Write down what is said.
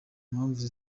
mpamvu